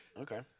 Okay